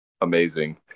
Amazing